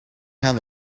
hand